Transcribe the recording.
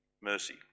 mercy